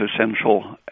essential